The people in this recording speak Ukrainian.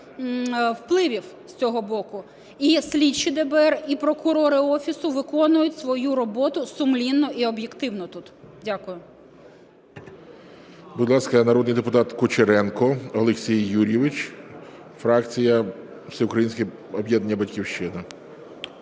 впливів з цього боку. І слідчі ДБР, і прокурори Офісу виконують свою роботу сумлінно і об'єктивно тут. Дякую.